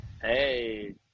Hey